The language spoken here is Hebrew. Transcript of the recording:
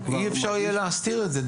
הוא כבר מרגיש --- אי אפשר יהיה להסתיר את זה,